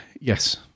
yes